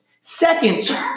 Second